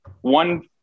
one